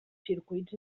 circuits